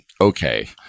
okay